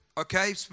okay